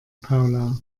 paula